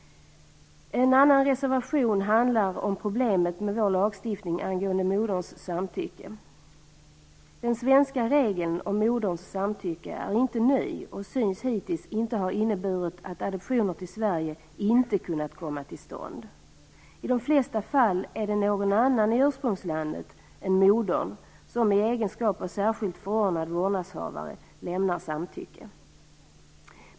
En annan reservation handlar om problemet med vår lagstiftning angående moderns samtycke. Den svenska regeln om moderns samtycke är inte ny och syns hittills inte ha inneburit att adoptioner till Sverige inte kunnat komma till stånd. I de flesta fall är det någon annan i ursprungslandet än modern som i egenskap av särskilt förordnad vårdnadshavare lämnar samtycke.